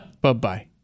Bye-bye